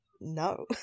no